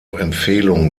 empfehlung